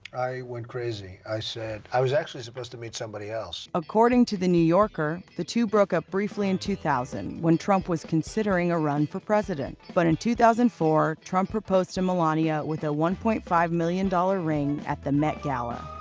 i went crazy. i said, i was actually supposed to meet somebody else. according to the new yorker, the two broke up briefly in two thousand, when trump was considering a run for president. but in two thousand and four, trump proposed to melania with a one point five million dollars ring at the met gala.